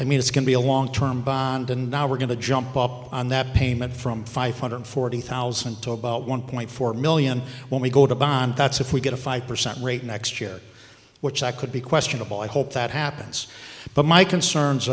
i mean it's can be a long term bond and now we're going to jump on that payment from five hundred forty thousand to about one point four million when we go to bond that's if we get a five percent rate next year which i could be questionable i hope that happens but my concerns